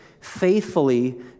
faithfully